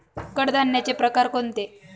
कडधान्याचे प्रकार कोणते?